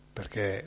Perché